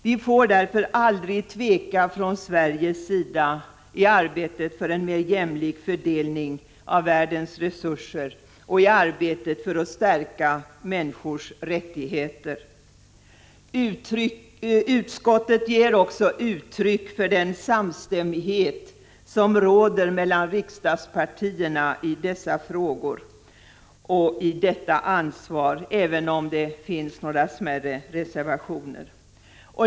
Vi får från Sveriges sida därför aldrig tveka i arbetet för en mer jämlik fördelning av världens resurser och i arbetet för att stärka människors rättigheter. Utskottet ger också uttryck för den samstämmighet som råder mellan riksdagspartierna i dessa frågor och om detta ansvar, även om det finns några smärre reservationer.